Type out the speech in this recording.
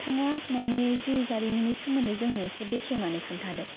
नोंथाङा नोंनि जिउ जारिमिननि सोमोन्दै जोंनो एसे बेखेवनानै खोन्थादो